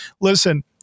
Listen